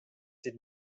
sie